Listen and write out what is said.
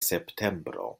septembro